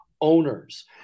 owners